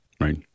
Right